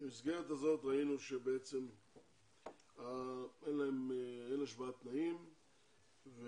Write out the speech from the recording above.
במסגרת הזאת ראינו שאין השוואת תנאים,